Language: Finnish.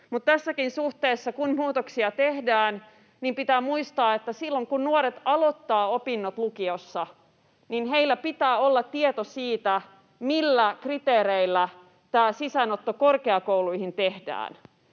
tässäkin suhteessa, kun muutoksia tehdään, pitää muistaa, että silloin, kun nuoret aloittavat opinnot lukiossa, heillä pitää olla tieto siitä, millä kriteereillä tämä sisäänotto korkeakouluihin tehdään.